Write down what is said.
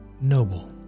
noble